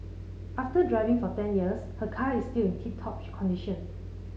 after driving for ten years her car is still in tip top condition